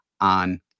on